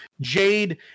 jade